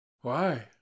Why